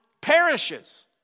perishes